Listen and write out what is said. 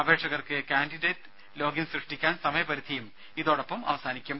അപേക്ഷകർക്ക് candidate login സൃഷ്ടിക്കാൻ സമപരിധിയും ഇതോടൊപ്പം അവസാനിക്കും